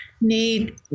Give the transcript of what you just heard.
need